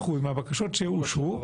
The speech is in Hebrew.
מהבקשות שהוגשו,